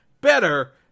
better